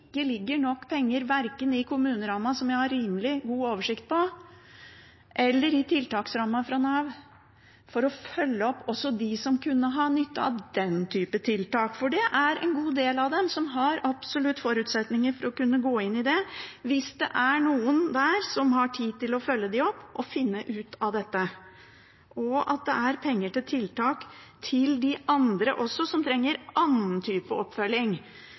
ligger nok penger verken i kommunerammen, som jeg har rimelig god oversikt over, eller i tiltaksrammen fra Nav til å følge opp også dem som kunne ha nytte av den type tiltak. For det er en god del av dem som absolutt har forutsetninger for å kunne gå inn i det, hvis det er noen der som har tid til å følge dem opp og finne ut av dette, og at det er penger til tiltak til de andre også, som trenger en annen type oppfølging,